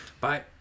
Bye